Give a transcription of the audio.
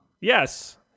yes